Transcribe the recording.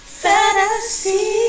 fantasy